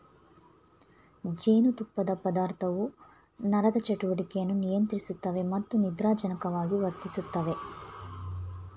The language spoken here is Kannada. ಜೇನುತುಪ್ಪದ ಪದಾರ್ಥವು ನರದ ಚಟುವಟಿಕೆಯನ್ನು ನಿಯಂತ್ರಿಸುತ್ತವೆ ಮತ್ತು ನಿದ್ರಾಜನಕವಾಗಿ ವರ್ತಿಸ್ತವೆ